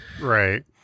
Right